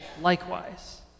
likewise